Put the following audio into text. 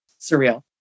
surreal